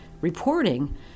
reporting